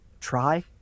try